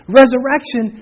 resurrection